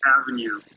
avenue